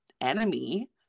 enemy